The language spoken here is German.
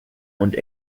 und